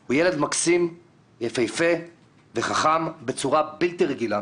הוא ילד מקסים, יפהפה וחכם בצורה בלתי רגילה.